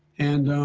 and